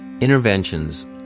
Interventions